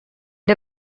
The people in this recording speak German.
der